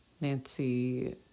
Nancy